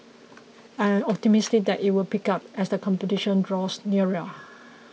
I am optimistic that you will pick up as the competition draws nearer